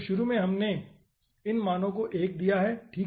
तो शुरू में हमने इन मानों को 1 दिया है ठीक है